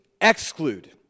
exclude